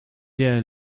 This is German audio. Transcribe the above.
der